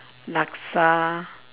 laksa